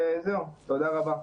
תודה רבה.